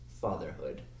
fatherhood